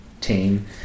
team